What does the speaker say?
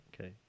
Okay